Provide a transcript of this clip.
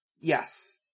Yes